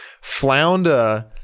Flounder